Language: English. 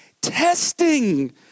Testing